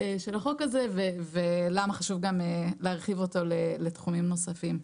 של החוק הזה ולמה חשוב להרחיב אותו לתחומים נוספים.